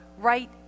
right